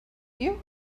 you